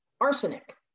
arsenic